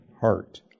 heart